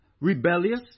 rebellious